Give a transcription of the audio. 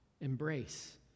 embrace